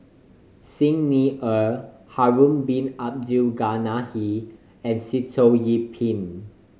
Xi Ni Er Harun Bin Abdul Ghani and Sitoh Yih Pin